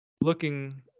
looking